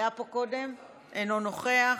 אינו נוכח,